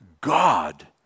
God